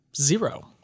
Zero